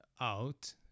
out